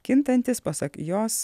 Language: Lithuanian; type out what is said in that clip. kintantis pasak jos